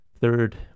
third